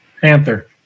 Panther